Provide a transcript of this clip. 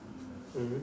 mm